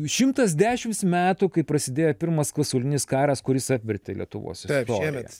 šimtas dešimts metų kai prasidėjo pirmas pasaulinis karas kuris apvertė lietuvos istoriją